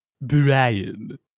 Brian